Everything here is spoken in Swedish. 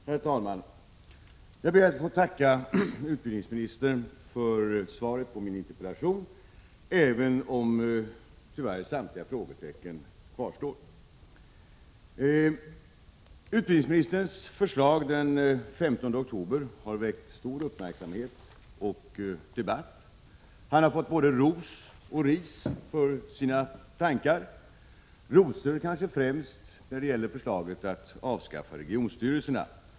Herr talman! Jag ber att få tacka utbildningsministern för svaret på min interpellation, även om samtliga frågetecken tyvärr kvarstår. Utbildningsministerns förslag den 15 oktober har väckt stor uppmärksamhet och debatt. Han har fått både ros och ris för sina tankar. Rosor kanske främst när det gäller förslaget att avskaffa regionstyrelserna.